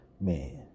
Man